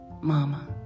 mama